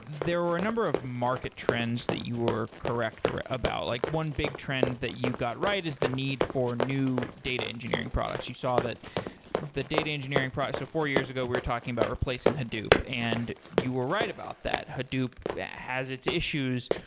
there were a number of market trends that you were correct ah about, like one big trend that you got right is the need for new data engineering products. you saw that the data engineering so four years ago we're talking about replacing hadoop and you were right about that. hadoop has its issues.